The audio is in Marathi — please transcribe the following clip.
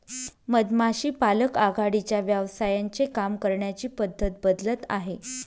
मधमाशी पालक आघाडीच्या व्यवसायांचे काम करण्याची पद्धत बदलत आहे